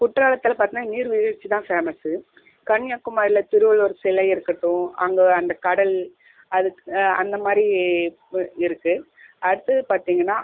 குற்றாலத்தில் பார்த்தனா நீர்வீழ்ச்சி தான் ஃபேமஸ் கன்னியாகுமரியிலே திருவள்ளுவர் சிலை இருக்கட்டும் அங்கே அந்த கடல் அது அந்த மாதிரி இருக்குது அடுத்தது பார்த்தீங்கனா